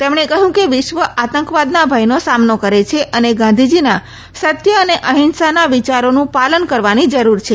તેમણે કહ્યું કે વિશ્વ આતંકવાદના ભયનો સામનો કરે છે અને ગાંધીજીના સત્ય અને અહિંસાના વિચારોનું પાલન કરવાની જરૂર છે